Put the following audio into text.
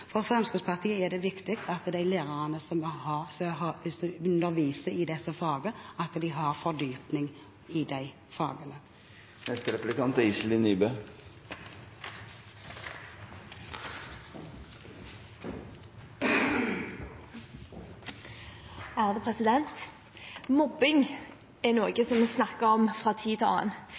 For Fremskrittspartiet er det viktig at lærere som underviser i disse fagene, har fordypning i fagene. Mobbing er noe vi snakker om fra tid til annen. Mobbing i skolen er ikke bare et problem for skolen, det er